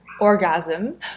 orgasm